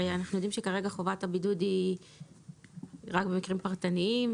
הרי אנחנו יודעים שכרגע חובת הבידוד היא רק במקרים פרטניים,